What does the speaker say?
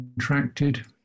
contracted